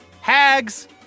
hags